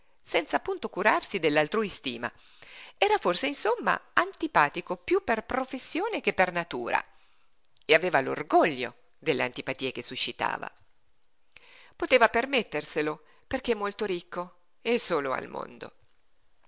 senza punto curarsi dell'altrui stima era forse insomma antipatico piú per professione che per natura e aveva l'orgoglio delle antipatie che suscitava poteva permetterselo perché molto ricco e solo al mondo